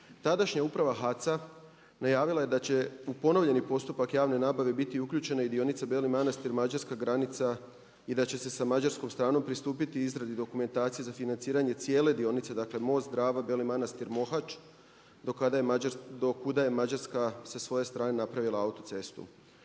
Tadašnja uprava HAC-a najavila je da će u ponovljeni postupak javne nabave biti uključena i dionica Beli Manastir – mađarska granica i da će se sa mađarskom stranom pristupiti izradi dokumentacije za financiranje cijele dionice, dakle most Drava – Beli Manastir – Mohač do kuda je Mađarska sa svoje strane napravila autocestu.